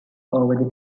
over